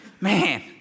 Man